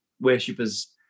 worshippers